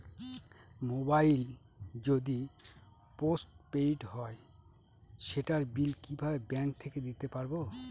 Mobile যদি postpaid হয় সেটার বিল কিভাবে ব্যাংক থেকে দিতে পারব?